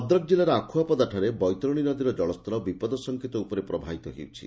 ଭଦ୍ରକ ଜିଲ୍ଲାର ଆଖୁଆପଦାଠାରେ ବୈତରଶୀ ନଦୀର ଜଳ୍ତର ବିପଦ ସଂକେତ ଉପରେ ପ୍ରଭାବିତ ହେଉଛି